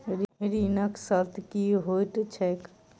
ऋणक शर्त की होइत छैक?